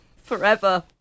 Forever